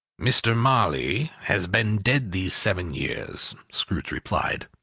mr. marley has been dead these seven years, scrooge replied.